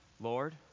Lord